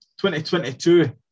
2022